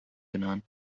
genannt